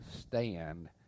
stand